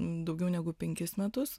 daugiau negu penkis metus